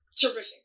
terrific